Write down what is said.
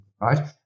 right